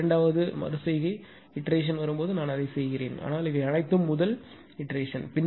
இரண்டாவது மறு செய்கை வரும் போது நான் அதை செய்வேன் ஆனால் இவை அனைத்தும் முதல் மறு செய்கை